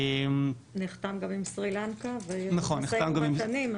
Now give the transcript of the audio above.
נחתם גם עם סרי לנקה ויש משאים ומתנים,